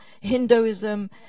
Hinduism